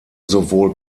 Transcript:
sowohl